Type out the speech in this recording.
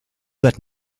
that